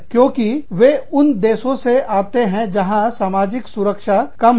क्योंकि वे उन देशों में जाते हैं जहां सामाजिक सुरक्षाकम है